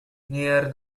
near